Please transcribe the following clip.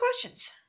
questions